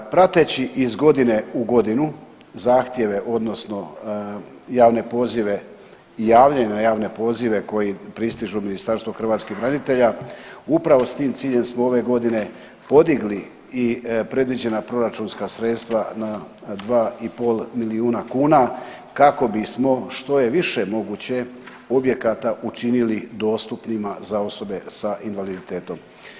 Prateći iz godine u godinu zahtjeve odnosno javne pozive i javljanje na javne pozive koji pristižu u Ministarstvo hrvatskih branitelja upravo s tim ciljem smo ove godine podigli i predviđena proračunska sredstva na 2,5 milijuna kuna kako bismo što je više moguće objekata učinili dostupnima za osobe sa invaliditetom.